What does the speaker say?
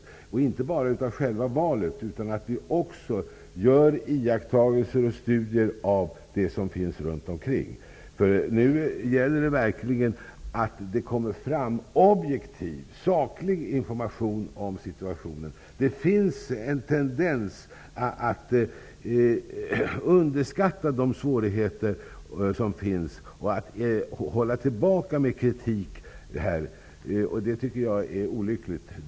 Vi skall inte bara övervaka själva valet, utan vi skall också göra iakttagelser och studier av det som sker runt omkring. Nu gäller det verkligen att det kommer fram objektiv, saklig, information om situationen. Det finns en tendens att man underskattar de svårigheter som finns och att man håller tillbaka kritiken. Det tycker jag är olyckligt.